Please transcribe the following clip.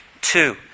Two